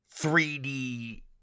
3D